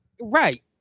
Right